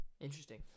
Interesting